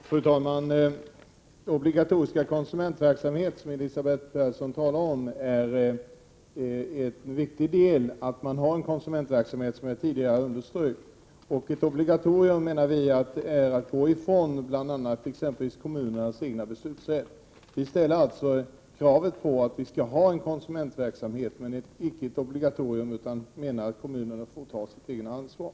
Fru talman! Konsumentverksamheten är viktig, som jag tidigare underströk, men ett obligatorium, som Elisabeth Persson talar om, menar vi är att gå ifrån bl.a. kommunernas egen beslutsrätt. Vi ställer alltså krav på att det skall finnas en konsumentverksamhet, men vi vill icke ha ett obligatorium utan anser att kommunerna får ta sitt eget ansvar.